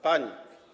Pani.